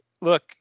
look